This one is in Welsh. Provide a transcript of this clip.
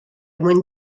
mwyn